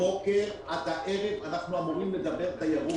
מהבוקר עד הערב אנחנו אמורים לדבר תיירות